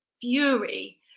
fury